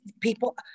people